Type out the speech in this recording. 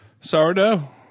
Sourdough